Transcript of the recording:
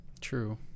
true